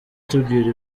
tubwire